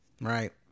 right